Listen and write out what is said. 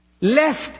left